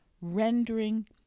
rendering